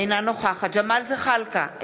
אינה נוכחת ג'מאל זחאלקה,